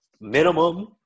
minimum